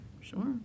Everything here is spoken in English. sure